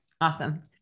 Awesome